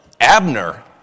Abner